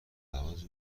لحاظ